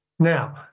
Now